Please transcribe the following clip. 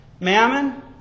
Mammon